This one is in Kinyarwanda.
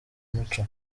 umuco